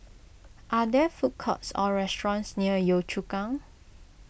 are there food courts or restaurants near Yio Chu Kang